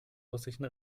russischen